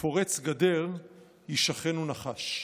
ופרץ גדר ישכנו נחש".